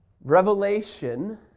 Revelation